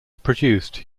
produced